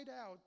out